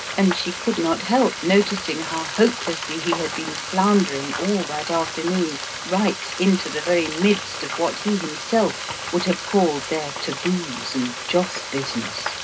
and she could not help noticing how hopelessly he had been floundering all that afternoon right into the very midst of what he himself would have called their taboos and joss-business.